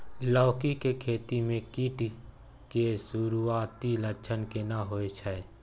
लौकी के खेती मे कीट के सुरूआती लक्षण केना होय छै?